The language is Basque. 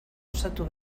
osatu